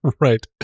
Right